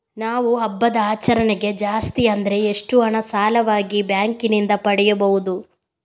ನಾವು ಹಬ್ಬದ ಆಚರಣೆಗೆ ಜಾಸ್ತಿ ಅಂದ್ರೆ ಎಷ್ಟು ಹಣ ಸಾಲವಾಗಿ ಬ್ಯಾಂಕ್ ನಿಂದ ಪಡೆಯಬಹುದು?